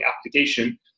application